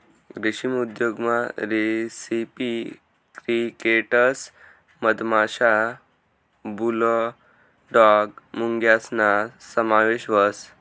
रेशीम उद्योगमा रेसिपी क्रिकेटस मधमाशा, बुलडॉग मुंग्यासना समावेश व्हस